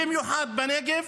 במיוחד בנגב,